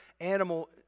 animal